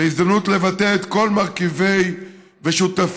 זו הזדמנות לבטא את כל מרכיבי המאמץ